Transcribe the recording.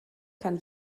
kann